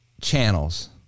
channels